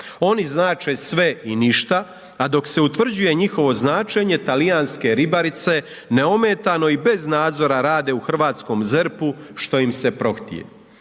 Oni znače sve i ništa, a dok se utvrđuje njihovo značenje talijanske ribarice neometano i bez nadzora rade u hrvatskom ZERP-u što im se prohtije.